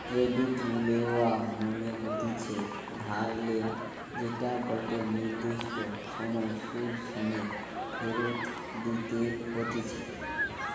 credit লেওয়া মনে হতিছে ধার লেয়া যেটা গটে নির্দিষ্ট সময় সুধ সমেত ফেরত দিতে হতিছে